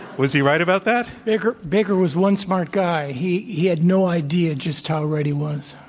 was he right about that? baker baker was one smart guy. he he had no idea just how right he was.